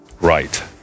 right